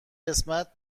قسمت